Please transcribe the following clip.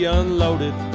unloaded